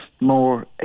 more